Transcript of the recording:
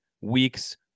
weeks